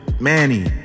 Manny